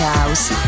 House